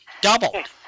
doubled